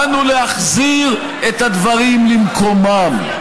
באנו להחזיר את הדברים למקומם.